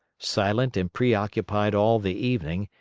silent and preoccupied all the evening,